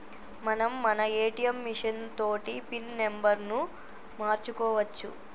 మనం మన ATM machine తోటి పిన్ నెంబర్ను మార్చుకోవచ్చు